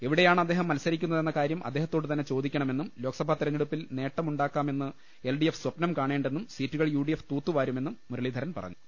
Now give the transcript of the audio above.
എവിടെയാണ് അദ്ദേഹം മത്സരിക്കുന്നതെന്ന കാര്യം അദ്ദേഹത്തോടു തന്നെ ചോദിക്കണമെന്നും ലോക്സഭാ തെരഞ്ഞെടുപ്പിൽ നേട്ടമുണ്ടാക്കാ മെന്ന് എൽ ഡി എഫ് സ്വപ്നം കാണേണ്ടെന്നും സീറ്റുകൾ യു ഡി എഫ് തൂത്തുവാരുമെന്നും മുരളീധരൻ പറഞ്ഞു